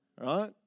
Right